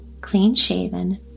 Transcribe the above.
clean-shaven